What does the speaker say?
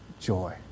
joy